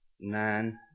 nine